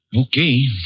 Okay